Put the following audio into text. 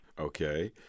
Okay